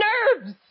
Nerves